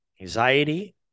anxiety